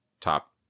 top